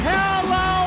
Hello